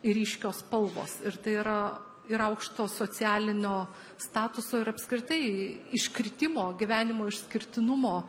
ir ryškios spalvos ir tai yra ir aukšto socialinio statuso ir apskritai iškritimo gyvenimo išskirtinumo